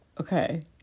Okay